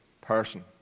person